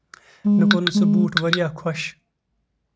مےٚ کورُن سُہ بوٗٹ واریاہ خۄش